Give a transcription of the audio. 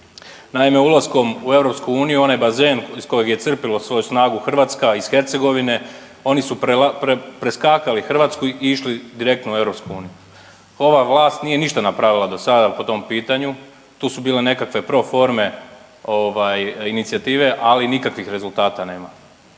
Naime, ulaskom u EU onaj bazen iz kojeg je crpilo svoju snagu Hrvatska iz Hercegovine oni su preskakali Hrvatsku i išli direktno u EU. Ova vlast nije ništa napravila do sada po tom pitanju. Tu su bile nekakve pro forme inicijative, ali nikakvih rezultata nema.